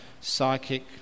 psychic